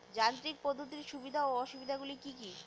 যান্ত্রিক পদ্ধতির সুবিধা ও অসুবিধা গুলি কি কি?